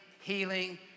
healing